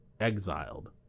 exiled